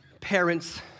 Parents